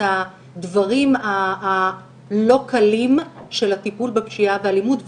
הדברים הלא קלים של הטיפול בפשיעה באלימות,